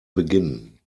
beginnen